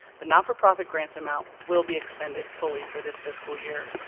the not-for-profit grants amount will be expended fully for this fiscal year.